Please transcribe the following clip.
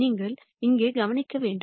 நீங்கள் இங்கே கவனிக்க வேண்டும்